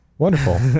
Wonderful